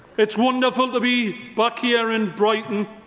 it's wonderful to be back here in brighton.